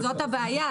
זאת הבעיה.